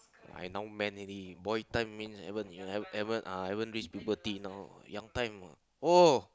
I now man already boy time means haven't haven't ah haven't reach puberty now young time what oh